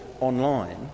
online